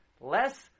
Less